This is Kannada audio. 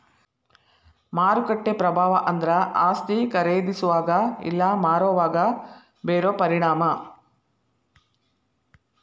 ಮಾರುಕಟ್ಟೆ ಪ್ರಭಾವ ಅಂದ್ರ ಆಸ್ತಿ ಖರೇದಿಸೋವಾಗ ಇಲ್ಲಾ ಮಾರೋವಾಗ ಬೇರೋ ಪರಿಣಾಮ